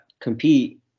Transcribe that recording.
compete